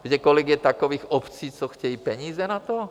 Víte, kolik je takových obcí, co chtějí peníze na to?